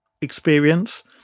experience